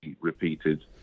repeated